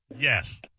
Yes